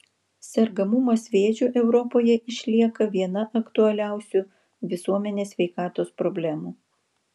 sergamumas vėžiu europoje išlieka viena aktualiausių visuomenės sveikatos problemų